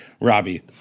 Robbie